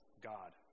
God